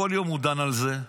כל יום הוא דן על זה.